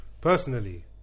Personally